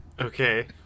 Okay